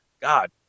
God